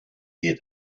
get